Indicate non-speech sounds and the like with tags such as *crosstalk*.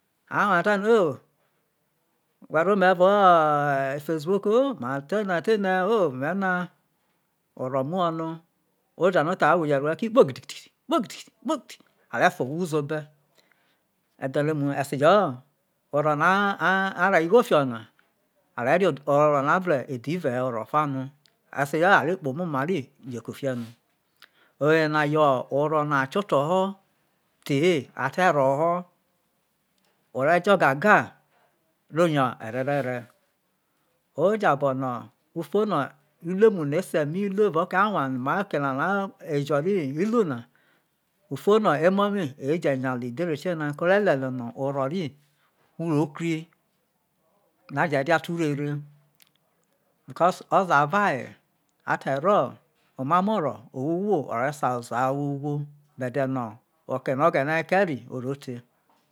*unintelligible* a we ata ni o whe rue ome evao facebook ma te ne te ne o mena oro muho no, ode no tha ki kpo gidi kpo gidi are, fo owho owho uzo be edho emuho, ese jo ho oro na a a raha igho fi ho na are ria oro na vi ede ive esejo ha oro fa no esejo ha a re ria oro na vre ede ive he oro fa no esejo ho are kpe omo ma ri ro ku fie no oyena yo oro no a kie oto ho no a te ro ye, ore jo gaga re o nya erere oye jaba bo no ufo no uruemu no ese mi ru evao oke avae no mal oke ne na ejo ri ufo no emo mi nya le le edhere tiona ko ore le luo oro ri ria te urere. Because no oze ava aye ate ro omamo oro are sa oza no owho who uzo be ede oke no oghene ke ri oro te.